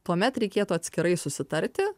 tuomet reikėtų atskirai susitarti